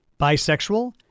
bisexual